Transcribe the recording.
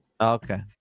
Okay